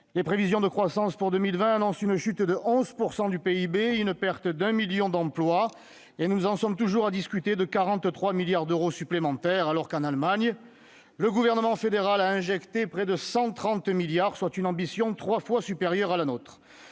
Les prévisions de croissance pour 2020 annoncent une chute de 11 % du PIB et une perte de 1 million d'emplois, et nous en sommes toujours à discuter de 43 milliards d'euros supplémentaires. En Allemagne, le gouvernement fédéral a injecté près de 130 milliards d'euros, soit une ambition trois fois supérieure à la nôtre